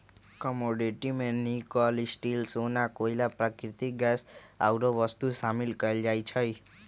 commodity में nickel, steel,, सोना, कोइला, प्राकृतिक गैस आउरो वस्तु शामिल कयल जाइ छइ